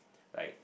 like